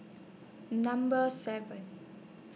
Number seven